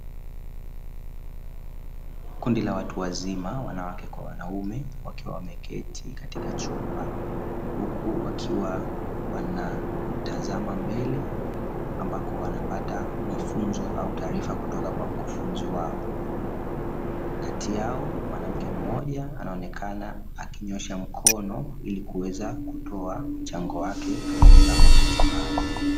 Kundi la watu wazima wanawake kwa wanaume wakiwa wameketi katika chumba, huku wakiwa wanamtazama mbele ambako wanapata mafunzo au taarifa kutoka kwa mkufunzi wao. Kati yao mwanamke mmoja anaonekana akinyoosha mkono, ili kuweza kutoa mchango wake katika mafunzo haya.